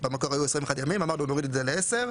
במקום היו 21 ימים ואמרנו שנוריד את זה לעשר,